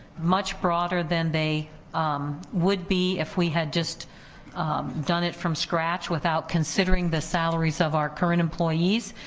much broader than they would be if we had just done it from scratch without considering the salaries of our current employees.